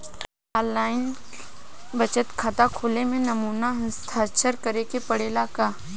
आन line बचत खाता खोले में नमूना हस्ताक्षर करेके पड़ेला का?